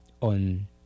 on